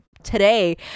today